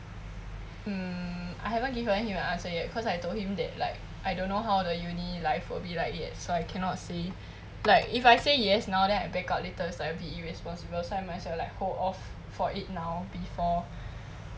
um I haven't given him an answer yet cause I told him that like I don't know how the uni life will be like yet so I cannot say like if I say yes now then I back out later it's like a bit irresponsible so I might as well like hold off for it now before